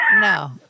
No